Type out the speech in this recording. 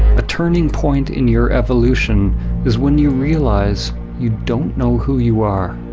a turning point in your evolution is when you realize you don't know who you are.